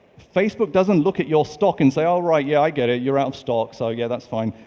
facebook doesn't look at your stock and say, alright, yeah, i get it. you're out of stock, so yeah, that's fine.